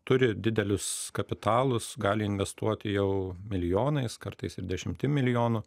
turi didelius kapitalus gali investuot jau milijonais kartais ir dešimtim milijonų